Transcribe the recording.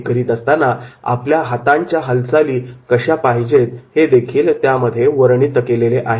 हे करत असताना आपल्या हातांच्या हालचाली कशा पाहिजेत हे देखील त्यामध्ये सांगितले आहे